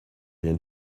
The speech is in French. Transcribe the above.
rien